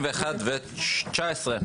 ו-19,